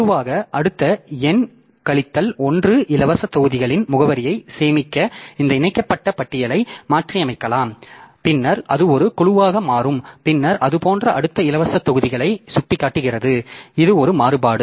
குழுவாக அடுத்த n கழித்தல் 1 இலவச தொகுதிகளின் முகவரியை சேமிக்க இந்த இணைக்கப்பட்ட பட்டியலை மாற்றியமைக்கலாம் பின்னர் அது ஒரு குழுவாக மாறும் பின்னர் அது போன்ற அடுத்த இலவச தொகுதிகளை சுட்டிக்காட்டுகிறது இது ஒரு மாறுபாடு